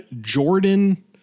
Jordan –